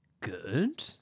good